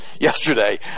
Yesterday